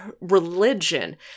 religion